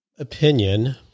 opinion